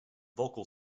vocal